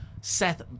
Seth